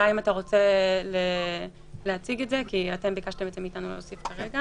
אם תוכל להציג למה ביקשתם מאתנו להוסיף את זה?